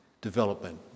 development